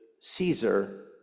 Caesar